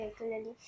regularly